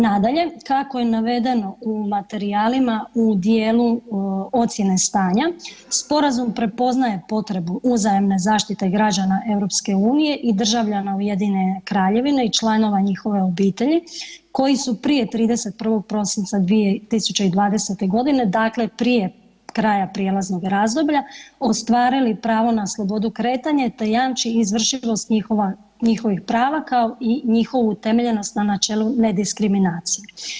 Nadalje, kako je navedeno u materijalima u dijelu ocjene stanja sporazum prepoznaje potrebu uzajamne zaštite građana EU i državljana Ujedinjene Kraljevine i članova njihove obitelji koji su prije 31. prosinca 2020.g., dakle prije kraja prijelaznog razdoblja, ostvarili pravo na slobodu kretanja, te jamči izvršivost njihova, njihovih prava, kao i njihovu utemeljenost na načelu nediskriminacije.